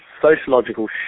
sociological